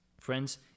Friends